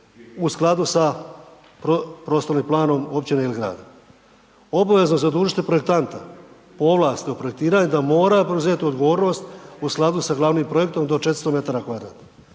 u skladu sa prostornim planom općine ili grada. Obavezno zadužiti projektanta po ovlasti o projektiranju da mora preuzeti odgovornost u skladu sa glavnim projektom do 400 metara kvadratnih.